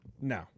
No